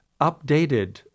updated